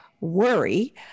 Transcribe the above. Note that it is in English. worry